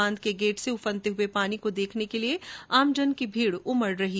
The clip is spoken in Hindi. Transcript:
बांध के गेट से उफनते हुए पानी को देखने के लिए आमजन की भीड़ उमड़ रही है